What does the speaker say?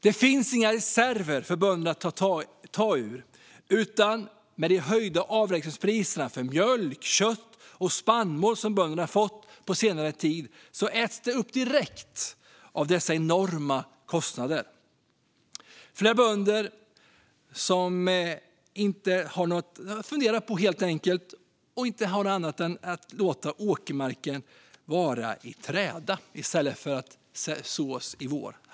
Det finns inga reserver för bönderna att ta ur, utan de höjda avräkningspriser för mjölk, kött och spannmål som bönderna har fått på senare tid äts upp direkt av dessa enorma kostnader. Flera bönder har sagt att de helt enkelt inte kan göra annat än att låta åkermarken ligga i träda i stället för att sås i vår.